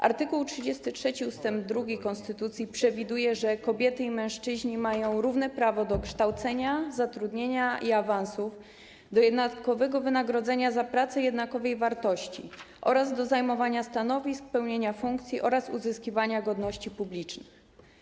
Art. 33 ust. 2 konstytucji przewiduje, że kobiety i mężczyźni mają równe prawo do kształcenia, zatrudnienia i awansu, jednakowego wynagrodzenia za pracę o jednakowej wartości oraz zajmowania stanowisk, pełnienia funkcji oraz uzyskiwania godności publicznych.